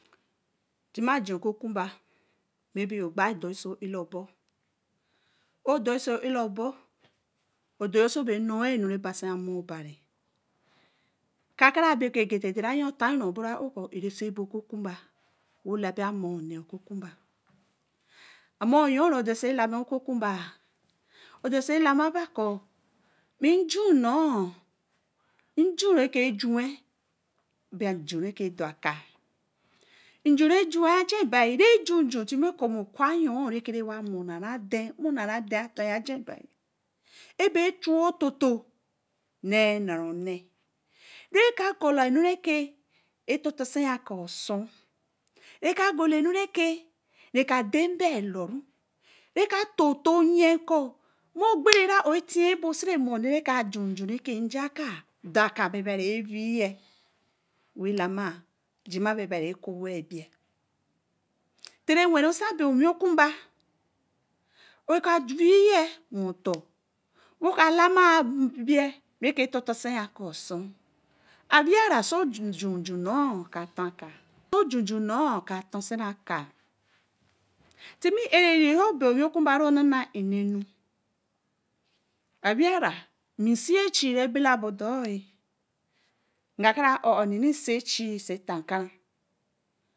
tima ajen ko-ku-bā bebe gwai dōr so ō ālabo. wo doī so alabo. odoi so ba noi-nu re base amor-oba ri. ka ka bāī koo egeta dere yon tan ro ebow ā ō kōō ā re nsen ōkō kū bā. odesiˏlâmâ kōō bee nju nor nju re jun˳reˈjuī ajen baī re jun ju re ke rewa mon̄a re denˏomo ra dan aton ajen ebā nei naró ne˗ re kaa re ka gola anure aton aton akāā neī osūn re ka gbola nu re ka dai beāl re tortoe ye kōō wey ogbere re ō mor ni re kāā jun˗ju re kī ḡckaˏbai beīˏbai ba a wii ye ta lana jion̄ a bai kunba jurˏwentor wey ka lana beī˗re ke tonton wey ka lana beī˗re ke tonton akāā amira so junju nir kara ton kāā timii āire ni so bai owi˗ku ba re ke onana nenu. owi ra ami seē chie re bela bodoi ā nga ra